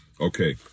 Okay